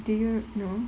do you know